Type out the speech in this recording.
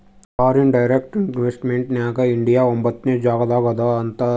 foreign direct investment ನಾಗ್ India ಒಂಬತ್ನೆ ಜಾಗನಾಗ್ ಅದಾ ಅಂತ್